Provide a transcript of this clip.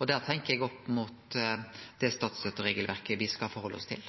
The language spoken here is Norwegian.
og då tenkjer eg opp mot statsstøtteregelverket me skal halde oss til.